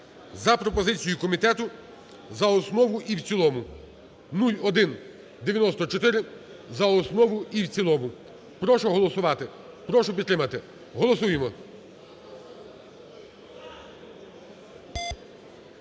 за пропозицією комітету за основу і в цілому (0194), за основу і в цілому. Прошу голосувати, прошу підтримати. Голосуємо.